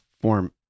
form